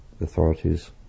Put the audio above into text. authorities